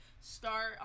start